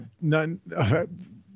None